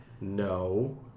no